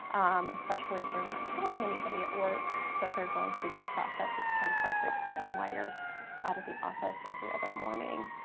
especially if they're not telling anybody at work that they're going through this process. it's kind of hard to explain why you're out of the office every other morning.